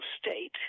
state